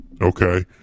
Okay